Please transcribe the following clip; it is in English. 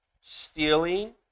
stealing